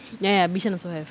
ya ya bishan also have